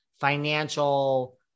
financial